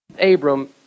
Abram